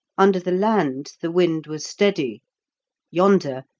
under the land the wind was steady yonder,